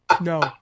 no